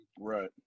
right